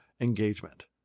engagement